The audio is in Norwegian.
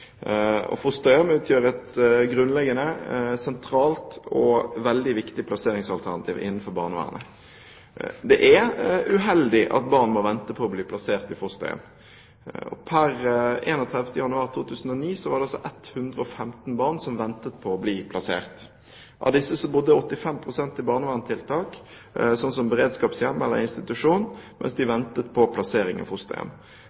utgjør et grunnleggende, sentralt og veldig viktig plasseringsalternativ innenfor barnevernet. Det er uheldig at barn må vente på å bli plassert i fosterhjem. Per 31. januar 2009 var det 115 barn som ventet på å bli plassert. Av disse bodde 85 pst. i et barnevernstiltak, som beredskapshjem eller institusjon, mens de ventet på plassering i fosterhjem.